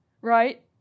Right